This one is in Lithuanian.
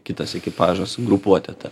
kitas ekipažas grupuotę tą